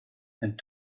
and